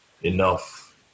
enough